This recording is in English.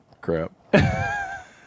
Crap